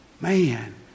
man